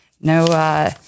No –